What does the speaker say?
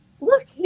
Look